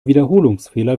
wiederholungsfehler